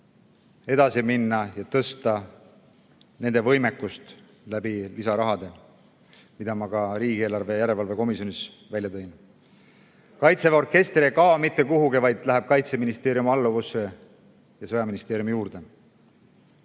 edasi minna ja tõsta nende võimekust lisaraha abil, mille ma ka riigieelarve kontrolli erikomisjonis välja tõin. Kaitseväe orkester ei kao mitte kuhugi, vaid läheb Kaitseministeeriumi alluvusse ja sõjamuuseumi juurde.